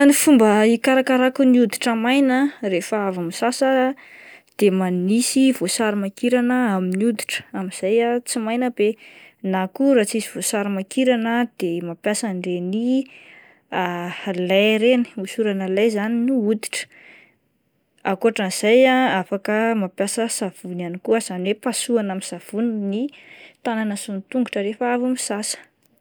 Ny fomba hikarakaraiko ny hoditra maina, rehefa avy misasa aho ah de manisy voasary makirana amin'ny hoditra amin'izay ah tsy maina be, na koa raha tsisy voasary makirana de mampiasa an'ireny lait reny, hosorana lait zany ny hoditra, akoatran'izay ah afaka mampiasa savony ihany koa aho izany hoe pasohina amin'ny savony ny tanana sy ny tongotra rehefa avy misasa.